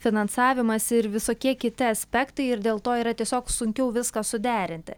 finansavimas ir visokie kiti aspektai ir dėl to yra tiesiog sunkiau viską suderinti